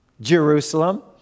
Jerusalem